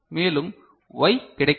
மேலும் Y கிடைக்கிறது